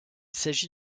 s’agit